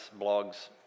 blogs